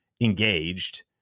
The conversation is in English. engaged